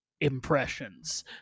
impressions